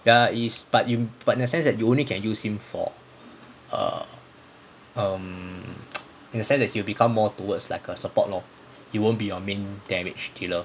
ya it is but you but in that sense that you only can use him for um in the sense that it will become more towards like a support lor it won't be on your main damage dealer